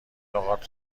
لغات